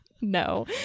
No